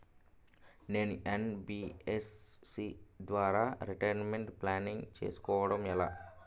నేను యన్.బి.ఎఫ్.సి ద్వారా retirement planning చేసుకోవడం ఎలా?